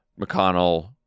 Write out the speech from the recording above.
McConnell